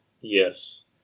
Yes